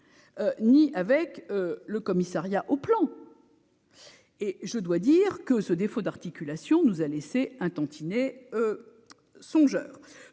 ni avec le Commissariat au Plan. Et je dois dire que ce défaut d'articulations nous a laissé un tantinet songeur